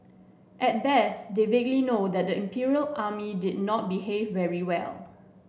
at best they vaguely know that the Imperial Army did not behave very well